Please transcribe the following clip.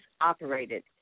operated